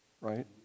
right